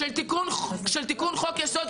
הוא לא בחר באף פרסונה לראשות ממשלה.